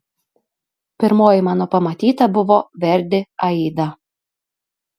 pirmoji mano pamatyta buvo verdi aida